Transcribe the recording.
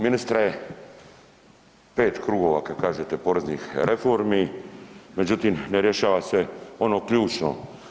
Ministre, pet krugova kad kažete poreznih reformi, međutim ne rješava se ono ključno.